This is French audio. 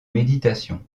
méditation